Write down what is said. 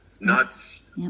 nuts